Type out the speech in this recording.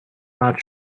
not